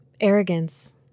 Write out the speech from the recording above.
arrogance